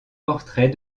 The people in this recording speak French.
portraits